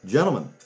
Gentlemen